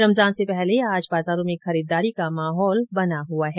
रमजान से पहले आज बाजारों में खरीददारी का माहौल बना हुआ है